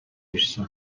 ирсэн